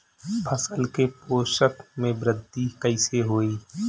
फसल के पोषक में वृद्धि कइसे होई?